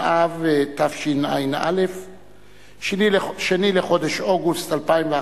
באב התשע"א (2 באוגוסט 2011)